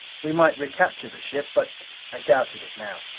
we might recapture the ship, but i doubted it now.